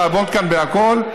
לעבוד כאן בכול,